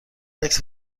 عکس